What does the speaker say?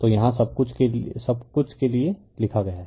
तो यहाँ सब कुछ के लिए लिखा गया है